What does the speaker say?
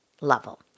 level